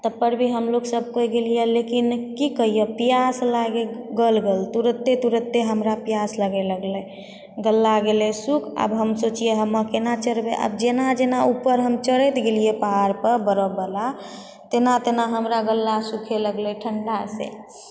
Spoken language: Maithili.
तबपर भी हमलोग सबकोइ गेलियै लेकिन की कहियऽ पियास लागै गल गल तुरत्ते तुरत्ते हमरा प्यास लागे लगलै गला गेलै सूख आब हम सोचियै हम केना चढ़बै आब जेना जेना ऊपर हम चढ़ैत गेलियै पहाड़पर बरफवला तेना तेना हमरा गला सूखे लगलै ठण्डासँ